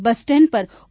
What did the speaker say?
બસ stand પર ઓ